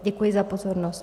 Děkuji za pozornost.